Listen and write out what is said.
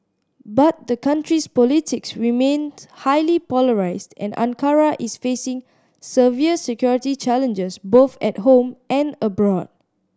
but the country's politics remains highly polarised and Ankara is facing severe security challenges both at home and abroad